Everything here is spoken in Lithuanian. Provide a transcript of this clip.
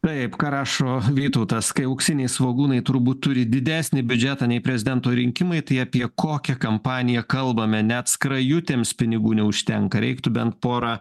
taip ką rašo vytautas kai auksiniai svogūnai turbūt turi didesnį biudžetą nei prezidento rinkimai tai apie kokią kampaniją kalbame net skrajutėms pinigų neužtenka reiktų bent porą